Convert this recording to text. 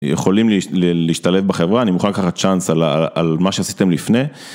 יכולים להשתלב בחברה, אני מוכן לקחת צ'אנס על מה שעשיתם לפני.